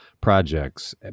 projects